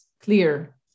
clear